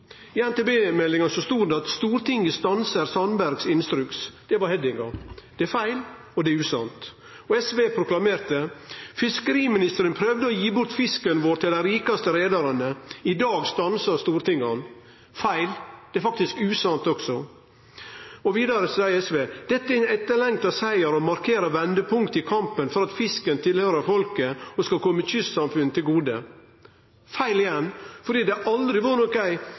stanser Sandbergs kvoteinstruks». Det var headingen. Det er feil, og det er usant. Og SV proklamerte: «Fiskeriminister Sandberg prøvde å gi bort fisken vår til de rikeste rederne. I dag stanser Stortinget ham.». Feil! Det er faktisk usant også. Vidare seier SV: «Dette er en etterlengtet seier og markerer et vendepunkt i kampen for at fisken tilhører folket og skal komme kystsamfunnene til gode.» Feil igjen, for det har aldri